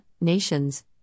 nations